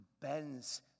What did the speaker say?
bends